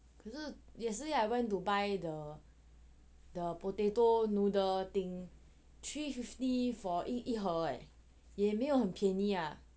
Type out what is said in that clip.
yesterday I went to buy the potato noodles thing three fifty for 一盒 leh 也没有很便宜啊